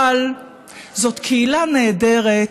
אבל זאת קהילה נהדרת